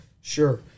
Sure